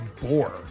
bore